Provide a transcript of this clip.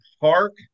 Park